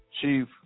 chief